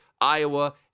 Iowa